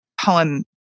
poem